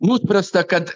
nuspręsta kad